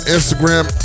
Instagram